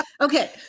Okay